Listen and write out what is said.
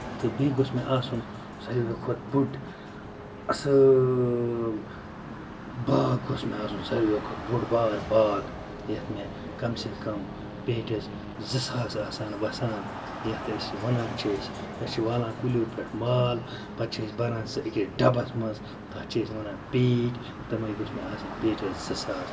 تہٕ بیٚیہِ گوٚژھ مےٚ آسُن ساروٕے کھۄتہٕ بوٚڑ اصٕل باغ گوٚژھ مےٚ آسُن ساروٕے کھۄتہٕ بوٚڑ بار باغ یَتھ مےٚ کَم سے کَم پیٹیٚس زٕ ساس آسہِ ہان وَسان یَتھ أسۍ وَنان چھِ أسۍ أسۍ چھِ والان کُلیٛو پٮ۪ٹھ مال پَتہٕ چھِ أسۍ بھران سُہ أکِس ڈَبَس منٛز تَتھ چھِ أسۍ وَنان پیٖٹۍ تِمٔے گوٚژھ مےٚ آسٕنۍ پیٹیٚس زٕ ساس